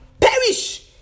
Perish